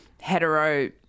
hetero